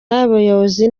n’abayobozi